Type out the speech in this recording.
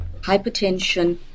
hypertension